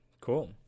Cool